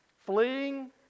fleeing